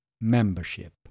membership